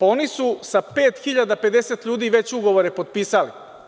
Oni su sa 5.050 ljudi već ugovore potpisali.